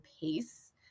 pace